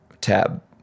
Tab